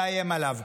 מאיים עליו,